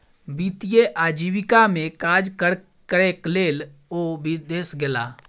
वित्तीय आजीविका में काज करैक लेल ओ विदेश गेला